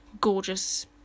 gorgeous